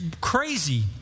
crazy